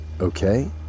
okay